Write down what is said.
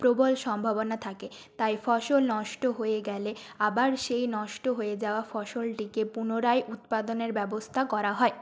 প্রবল সম্ভাবনা থাকে তাই ফসল নষ্ট হয়ে গেলে আবার সেই নষ্ট হয়ে যাওয়া ফসলটিকে পুনরায় উৎপাদনের ব্যবস্থা করা হয়